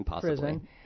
prison